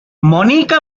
monica